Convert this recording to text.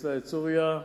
יש סוריה,